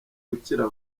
gukira